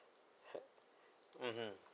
okay mmhmm